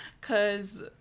Cause